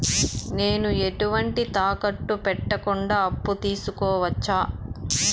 నేను ఎటువంటి తాకట్టు పెట్టకుండా అప్పు తీసుకోవచ్చా?